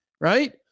right